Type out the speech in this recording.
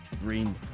green